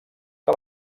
que